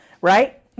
Right